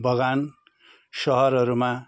बगान सहरहरूमा